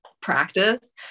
practice